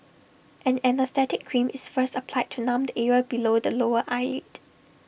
an anaesthetic cream is first applied to numb the area below the lower eyelid